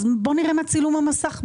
אז בואו נראה מה צילום המסך באמת,